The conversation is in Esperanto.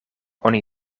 oni